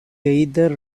either